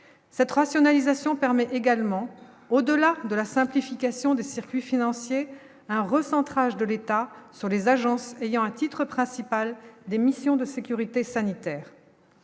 cette rationalisation permet également, au-delà de la simplification des circuits financiers, un recentrage de l'État sur les agences ayant à titre principal des missions de sécurité sanitaire